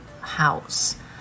house